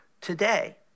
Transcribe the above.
today